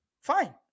Fine